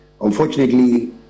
unfortunately